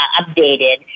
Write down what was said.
updated